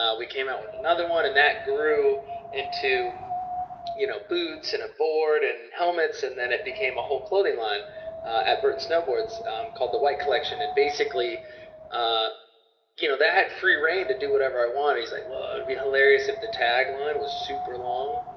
ah we came out with another one and that grew into you know boots and a board and helmets, and then it became a whole clothing line at burton snowboards called the white collection. and basically i you know had free rein to do whatever i wanted. he was like, whoa, it would be hilarious if the tag line was super long.